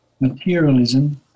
materialism